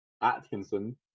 Atkinson